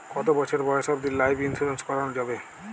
কতো বছর বয়স অব্দি লাইফ ইন্সুরেন্স করানো যাবে?